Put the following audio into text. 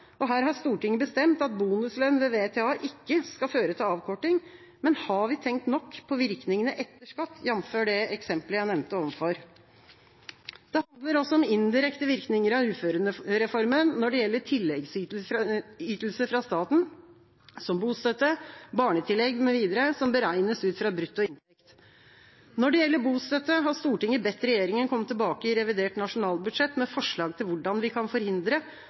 Her har Stortinget bestemt at bonuslønn ved VTA ikke skal føre til avkorting. Men har vi tenkt nok på virkningene etter skatt – jamfør det eksemplet jeg nevnte ovenfor? indirekte virkninger av uførereformen når det gjelder tilleggsytelser fra staten, som bostøtte, barnetillegg mv., som beregnes ut fra brutto inntekt. Når det gjelder bostøtte, har Stortinget bedt regjeringa komme tilbake i revidert nasjonalbudsjett med forslag til hvordan vi kan forhindre